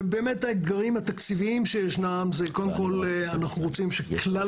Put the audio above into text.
ובאמת האתגרים התקציביים שישנם זה קודם כל אנחנו רוצים שכלל